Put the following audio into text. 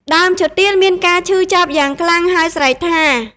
ដើមឈើទាលមានការឈឺចាប់យ៉ាងខ្លាំង ហើយស្រែកថា៖